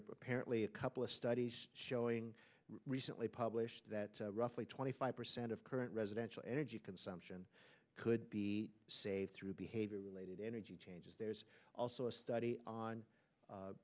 apparently a couple of studies showing recently published that roughly twenty five percent of current residential energy consumption could be saved through behavior related energy changes there's also a study on